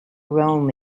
roam